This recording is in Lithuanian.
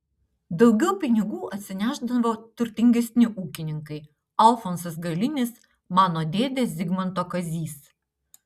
daugiau pinigų atsinešdavo turtingesni ūkininkai alfonsas galinis mano dėdė zigmanto kazys